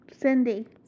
Cindy